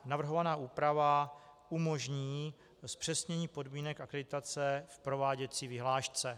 Navrhovaná úprava umožní zpřesnění podmínek akreditace v prováděcí vyhlášce.